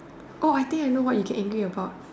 orh I think I know what you get angry about